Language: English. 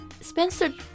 Spencer